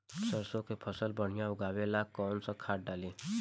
सरसों के फसल बढ़िया उगावे ला कैसन खाद डाली?